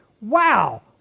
Wow